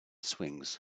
swings